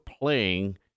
playing